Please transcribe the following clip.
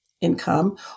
income